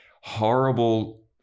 Horrible